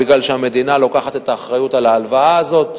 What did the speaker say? מפני שהמדינה לוקחת את האחריות להלוואה הזאת.